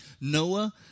Noah